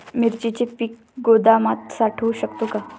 मिरचीचे पीक गोदामात साठवू शकतो का?